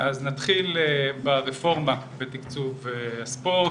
אז נתחיל ברפורמה בתיקצוב הספורט.